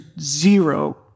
zero